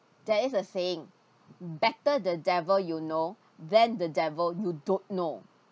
there is a saying better the devil you know than the devil you don't know